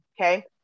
Okay